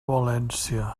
valència